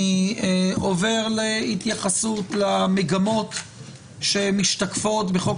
אני עובר להתייחסות למגמות שמשתקפות בחוק